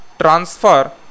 transfer